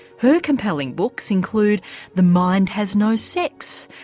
her compelling books include the mind has no sex?